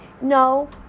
No